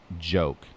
joke